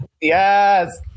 Yes